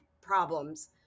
problems